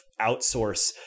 outsource